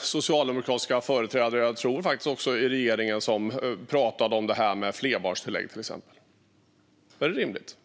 socialdemokratiska företrädare - i regeringen också, tror jag faktiskt - som till exempel pratade om det här med flerbarnstillägg. Frågan ställdes om det är rimligt.